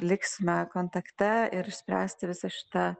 liksime kontakte ir išspręsti visą šitą